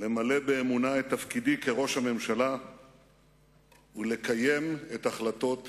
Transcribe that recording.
למלא באמונה את תפקידי כראש הממשלה ולקיים את החלטות הכנסת.